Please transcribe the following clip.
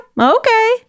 Okay